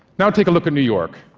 now take a look at new york.